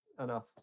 enough